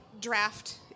draft